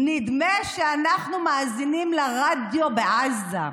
נדמה שאנחנו מאזינים לרדיו בעזה.